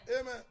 Amen